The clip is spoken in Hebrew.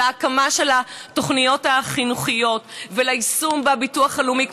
והקמה של התוכניות החינוכיות וליישום בביטוח הלאומי,